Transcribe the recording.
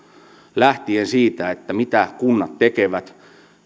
lähtien siitä mitä kunnat tekevät